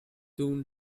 soon